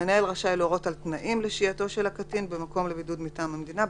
המנהל רשאי להורות על תנאים לשהייתו של הקטין במקום לבידוד מטעם המדינה,